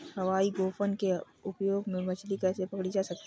हवाई गोफन के उपयोग से मछली कैसे पकड़ी जा सकती है?